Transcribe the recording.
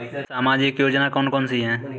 सामाजिक योजना कौन कौन सी हैं?